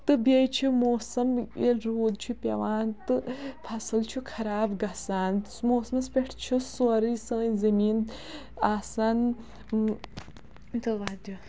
تہٕ بیٚیہِ چھُ موسَم ییٚلہِ روٗد چھُ پیٚوان تہٕ فصٕل چھُ خراب گژھان موسمَس پٮ۪ٹھ چھُ سورٕے سٲنۍ زٔمیٖن آسان تہٕ وَجہہ